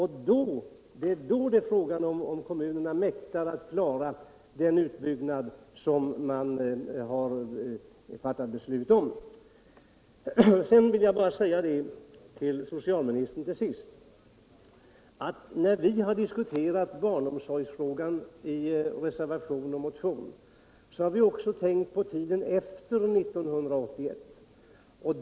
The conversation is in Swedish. I det läget kan man fråga sig om kommunerna mäktar att klara den utbyggnad av barnomsorgen som man har fattat beslut om. När vi har diskuterat barnomsorgsfrågan i reservation och motion, herr socialminister, så har vi också tänkt på tiden efter 1981.